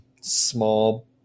small